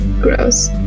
Gross